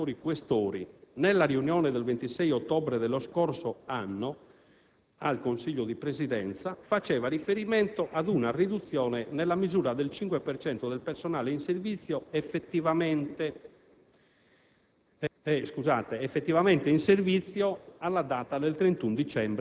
Ricordo in proposito che la proposta originariamente formulata dai senatori Questori, nella riunione del 26 ottobre dello scorso anno, al Consiglio di Presidenza, faceva riferimento ad una riduzione nella misura del 5 per cento del personale effettivamente in